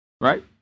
right